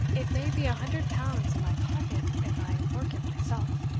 it may be a hundred pounds in my pocket if i work it myself,